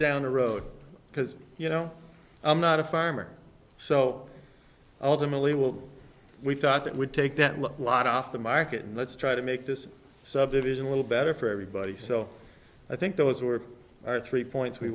down the road because you know i'm not a farmer so ultimately what we thought it would take that lot off the market and let's try to make this subdivision a little better for everybody so i think those were our three points we